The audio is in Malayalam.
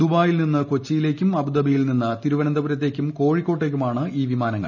ദുബായിൽ നിന്നു കൊച്ചിയി ലേക്കും അബുദാബിയിൽ നിന്ന് തിരുവനന്തപുരത്തേക്കും കോഴിക്കോട്ടേക്കുമാണ് ഈ വിമാനങ്ങൾ